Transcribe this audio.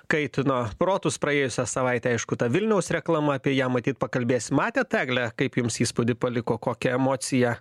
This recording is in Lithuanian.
kaitino protus praėjusią savaitę aišku ta vilniaus reklama apie ją matyt pakalbėsim matėt egle kaip jums įspūdį paliko kokią emociją